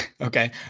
Okay